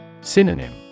Synonym